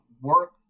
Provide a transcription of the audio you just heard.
work